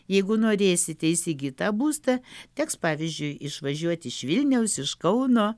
jeigu norėsite įsigyt tą būstą teks pavyzdžiui išvažiuoti iš vilniaus iš kauno